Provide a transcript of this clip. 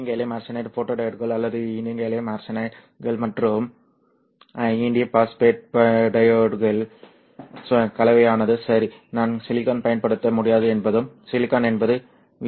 எனவே InGaAs ஃபோட்டோடியோட்கள் அல்லது InGaA கள் மற்றும் InP ஃபோட்டோடியோட்களின் கலவையானது சரி நான் சிலிக்கான் பயன்படுத்த முடியாது என்பதும் சிலிக்கான் என்பது வி